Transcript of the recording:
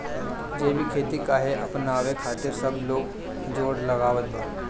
जैविक खेती काहे अपनावे खातिर सब लोग जोड़ लगावत बा?